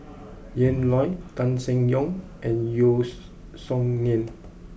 Ian Loy Tan Seng Yong and Yeo Song Nian